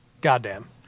Goddamn